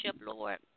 Lord